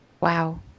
Wow